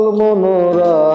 monora